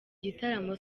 gitaramo